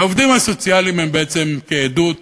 והעובדים הסוציאליים בעצם הם כעדות